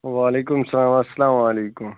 وعلیکُم سلام اسلامُ علیکُم